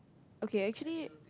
okay actually